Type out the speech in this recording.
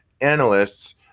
analysts